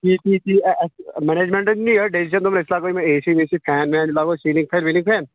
تی تی تی منیج میٚنٹن نِیہِ یہَے ڈسیجن دوٚپُن أسۍ لاگو یِمَے اے سی وے سی فین وین لاگو سیلِنٛگ فین ویٖلِنٛگ فیٖن